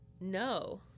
No